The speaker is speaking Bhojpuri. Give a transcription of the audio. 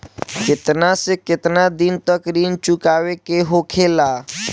केतना से केतना दिन तक ऋण चुकावे के होखेला?